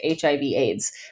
HIV-AIDS